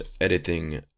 editing